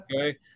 okay